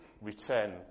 return